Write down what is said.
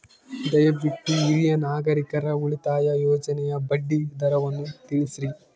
ದಯವಿಟ್ಟು ಹಿರಿಯ ನಾಗರಿಕರ ಉಳಿತಾಯ ಯೋಜನೆಯ ಬಡ್ಡಿ ದರವನ್ನು ತಿಳಿಸ್ರಿ